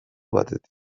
batetik